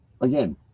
again